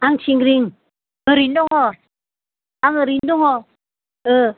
आं थिंग्रिं ओरैनो दङ आं ओरैनो दङ ओ